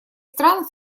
стран